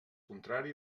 contrari